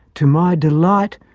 to my delight,